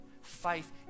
Faith